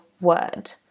word